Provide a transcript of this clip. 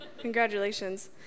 Congratulations